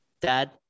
Dad